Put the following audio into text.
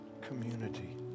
community